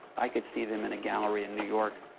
i could see them in a gallery in new york